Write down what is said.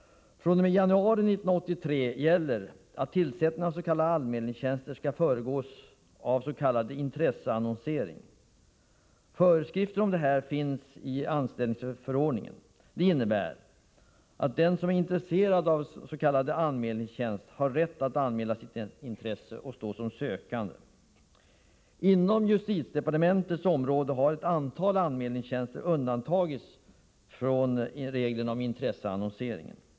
fr.o.m. januari 1983 gäller att tillsättning av s.k. anmälningstjänster skall föregås av vad som kallas intresseannonsering. Föreskrifter om detta finns i anställningsförordningen. Det innebär att den som är intresserad av en s.k. anmälningstjänst har rätt att anmäla sitt intresse och att stå som sökande. Inom justitiedepartementets område har ett antal anmälningstjänster undantagits från reglerna om intresseannonsering.